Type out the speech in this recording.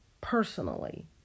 personally